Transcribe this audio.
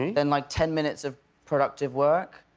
then like ten minutes of productive work,